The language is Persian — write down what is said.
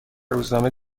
روزنامه